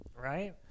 Right